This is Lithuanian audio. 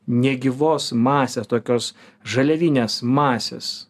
negyvos masės tokios žaliavinės masės